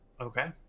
Okay